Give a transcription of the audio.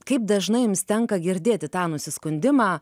kaip dažnai jums tenka girdėti tą nusiskundimą